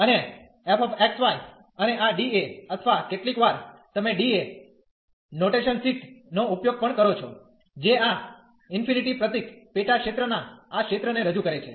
અને f x y અને આ d A અથવા કેટલીકવાર તમે dA નોટેશનશીટ નો ઉપયોગ પણ કરો છો જે આ ઇન્ફીનીટી પ્રતીક પેટા ક્ષેત્રના આ ક્ષેત્રને રજૂ કરે છે